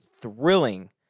thrilling